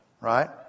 right